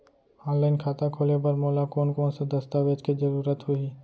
Online खाता खोले बर मोला कोन कोन स दस्तावेज के जरूरत होही?